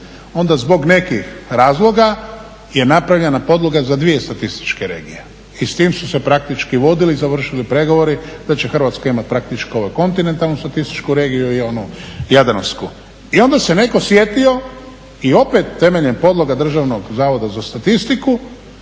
Onda zbog nekih razloga je napravljena podloga za 2 statističke regije i s tim su se praktički vodili, završili pregovori, da će Hrvatska imati praktički ovu kontinentalnu statističku regiju i onu jadransku. I onda se neko sjetio i opet temeljem podloga Državnog zavoda za statistiku